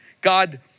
God